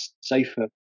safer